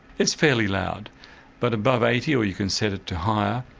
it's fairly loud but above eighty or you can set it to higher,